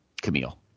Camille